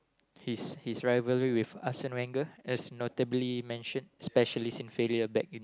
his his rivalry with Arsene-Wenger as notably mention especially since failure back in